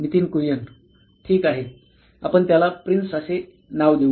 नितीन कुरियन ठीक आहे आपण त्याला प्रिन्स असे नाव देऊ